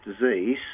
disease